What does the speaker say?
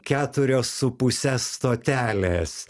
keturios su puse stotelės